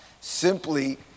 simply